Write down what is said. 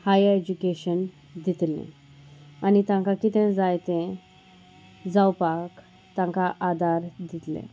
higher education दितले आनी तांकां कितें जाय तें जावपाक तांकां आदार दितलें